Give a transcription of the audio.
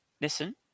Listen